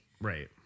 Right